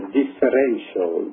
differential